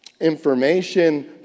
information